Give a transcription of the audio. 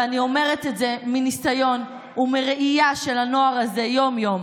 ואני אומרת את זה מניסיון ומראייה של הנוער הזה יום-יום.